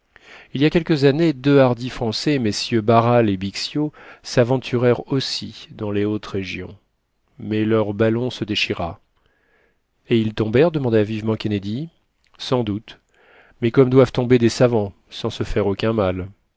il y a quelques années deux hardis français mm barral et bixio s'aventurèrent aussi dans les hautes régions mais leur ballon se déchira et ils tombèrent demanda vivement kennedy sans doute mais comme doivent tomber des savants sans se faire aucun mal